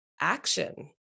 action